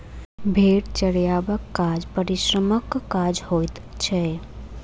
भेंड़ चरयबाक काज परिश्रमक काज होइत छै